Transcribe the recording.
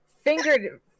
fingered